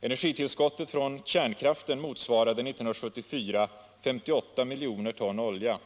Energitillskottet från kärnkraften motsvarade 58 miljoner ton olja 1974.